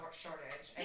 shortage